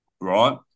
right